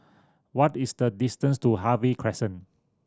what is the distance to Harvey Crescent